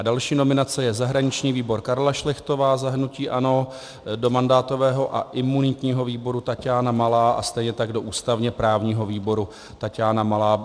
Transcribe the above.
Další nominace je zahraniční výbor Karla Šlechtová za hnutí ANO, do mandátového a imunitního výboru Taťána Malá a stejně tak do ústavněprávního výboru Taťána Malá.